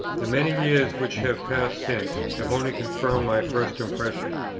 the many years, which have passed since, have only confirmed my first impression.